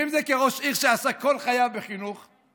ואם זה כראש עיר שעסק כל חייו בחינוך,